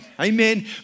Amen